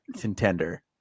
contender